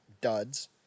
duds